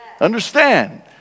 Understand